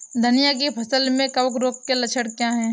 धनिया की फसल में कवक रोग के लक्षण क्या है?